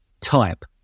type